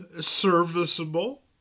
serviceable